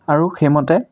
আৰু সেইমতে